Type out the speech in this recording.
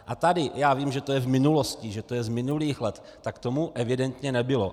A tady, já vím, že to je v minulosti, že to je z minulých let, tomu tak evidentně nebylo.